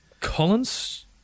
Collins